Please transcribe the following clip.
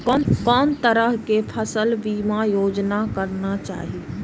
कोन तरह के फसल बीमा योजना कराना चाही?